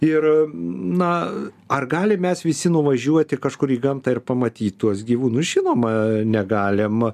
ir na ar galim mes visi nuvažiuoti kažkur į gamtą ir pamatyt tuos gyvūnus žinoma negalim